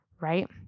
right